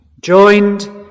joined